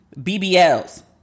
BBLs